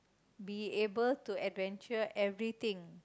be able to adventure everything